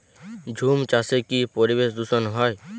ঝুম চাষে কি পরিবেশ দূষন হয়?